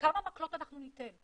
כמה מקלות אנחנו ניתן?